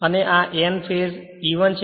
અને આ N ફેજE1 છે